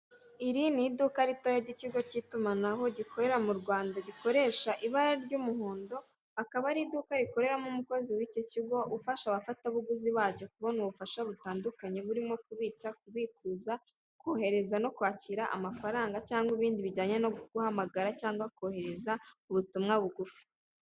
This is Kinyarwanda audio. Iri ni iduka ritoya ry'ikigo cy'itumanaho gikorera mu Rwanda gikoresha ibara ry'umuhondo, akaba ari iduka rikoreramo umukozi w'iki kigo ufasha abafatabuguzi bacyo kubona ubufasha butandukanye burimo kubitsa kubikuza kohereza no kwakira amafaranga cyangwa ibindi bijyanye no guhamagara cyangwa kohereza ubutumwa bugufi.